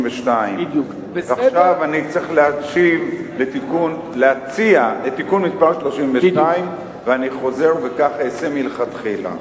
32. עכשיו אני צריך להציע את תיקון מס' 32. אני חוזר וכך אעשה מלכתחילה.